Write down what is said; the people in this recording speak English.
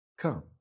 Come